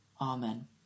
Amen